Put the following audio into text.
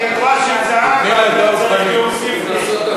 אז את היתרה של זהבה אתה יכול להוסיף לי.